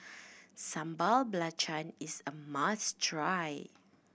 Sambal Belacan is a must try